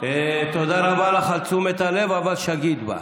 דיון בוועדת העבודה והרווחה.